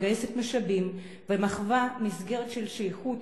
מגייסת משאבים ומהווה מסגרת של שייכות